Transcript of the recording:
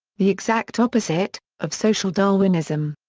the exact opposite of social darwinism.